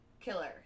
killer